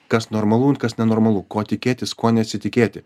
kas normalu kas nenormalu ko tikėtis ko nesitikėti